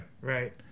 Right